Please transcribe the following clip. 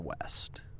West